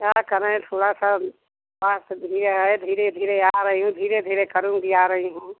क्या करें थोड़ा सा पास ही आए धीरे धीरे आ रही हूँ धीरे धीरे करूँगी आ रही हूँ